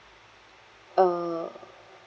uh